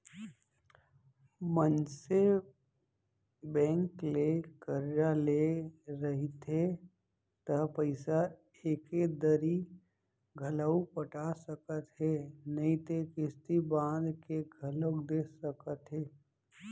मनसे बेंक ले करजा ले रहिथे त पइसा एके दरी घलौ पटा सकत हे नइते किस्ती बांध के घलोक दे सकथे